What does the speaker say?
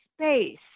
space